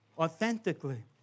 authentically